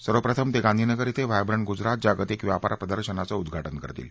सर्वप्रथम ते गांधीनगर क्वें व्हायब्रंट गुजरात जागतिक व्यापार प्रदर्शनाचं उद्घाटन करतील